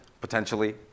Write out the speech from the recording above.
potentially